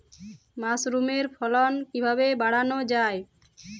মাসরুমের ফলন কিভাবে বাড়ানো যায়?